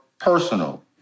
personal